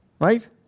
Right